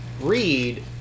read